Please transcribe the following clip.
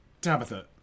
Tabitha